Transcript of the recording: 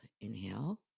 Inhale